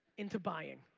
into buying.